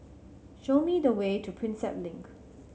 show me the way to Prinsep Link